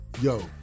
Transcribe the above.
Yo